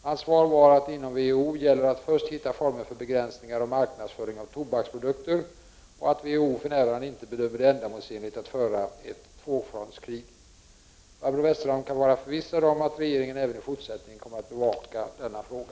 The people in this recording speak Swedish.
Hans svar var att det inom WHO gäller att först hitta former för begränsningar av marknadsföring av tobaksprodukter och att WHO för närvarande inte bedömer det ändamålsenligt att föra ett tvåfrontskrig. Barbro Westerholm kan vara förvissad om att regeringen även i fortsättningen kommer att bevaka denna fråga.